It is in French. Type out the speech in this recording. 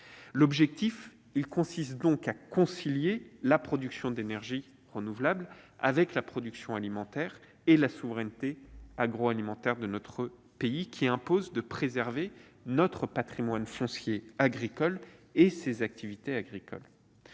acceptable. Nous devons concilier la production d'énergies renouvelables avec la production alimentaire et la souveraineté agroalimentaire de notre pays, laquelle impose de préserver notre patrimoine foncier affecté à l'agriculture et les activités agricoles.